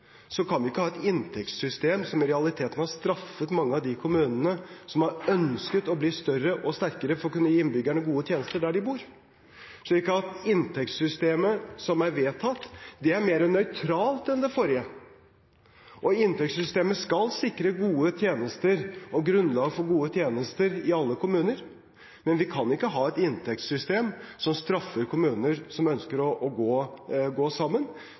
kan vi ikke ha et inntektssystem som i realiteten har straffet mange av de kommunene som har ønsket å bli større og sterkere for å kunne gi innbyggerne gode tjenester der de bor. Inntektssystemet som er vedtatt, er mer nøytralt enn det forrige. Inntektssystemet skal sikre gode tjenester og grunnlag for gode tjenester i alle kommuner, men vi kan ikke ha et inntektssystem som straffer kommuner som ønsker å gå sammen.